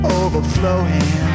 overflowing